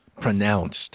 pronounced